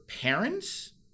parents